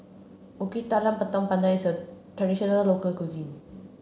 Kuih Talam Tepong Pandan is a traditional local cuisine